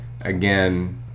again